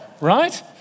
right